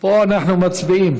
פה אנחנו מצביעים.